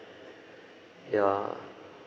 ya